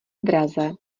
draze